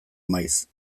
maiz